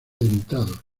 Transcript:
dentados